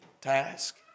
task